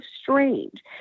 strange